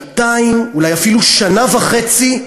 שנתיים, אולי אפילו שנה וחצי,